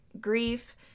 grief